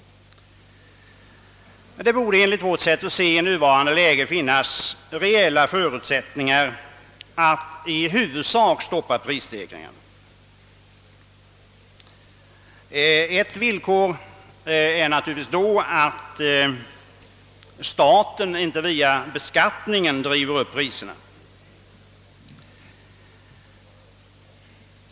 Det borde enligt vårt sätt att se i nuvarande läge finnas reella förutsättningar att i huvudsak stoppa prisstegringen. Ett villkor härför är naturligtvis att staten inte via beskattningen driver upp priserna.